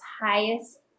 highest